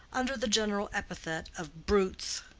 under the general epithet of brutes